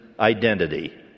Identity